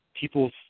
people's